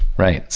right.